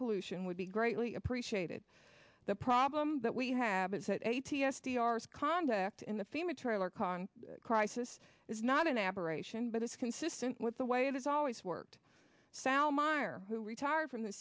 pollution would be greatly appreciated the problem that we have is that a t s d r s conduct in the fema trailer kong crisis is not an aberration but it's consistent with the way it has always worked sow meyer who retired from the